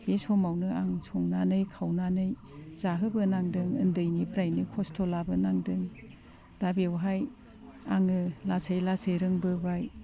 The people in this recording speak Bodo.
बे समावनो आं संनानै खावनानै जाहोबोनांदों उन्दैनिफ्रायनो खस्थ' लाबोनांदों दा बेवहाय आङो लासै लासै रोंबोबाय